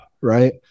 right